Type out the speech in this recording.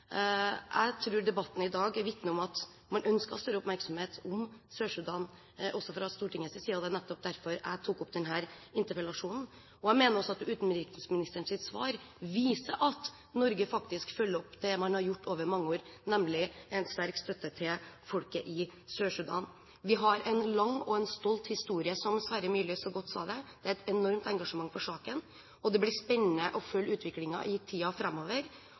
Jeg tror debatten i dag vitner om at man ønsker større oppmerksomhet om Sør-Sudan også fra Stortingets side, og det var nettopp derfor jeg tok opp denne interpellasjonen. Jeg mener også at utenriksministerens svar viser at Norge faktisk følger opp det man har gjort over mange år, nemlig å gi en sterk støtte til folket i Sør-Sudan. Vi har «en stolt og lang historie», som Sverre Myrli så godt sa det. Det er et enormt engasjement for saken, og det blir spennende å følge utviklingen i tiden framover.